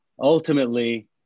ultimately